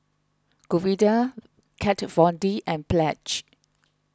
Godiva Kat Von D and Pledge